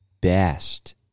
best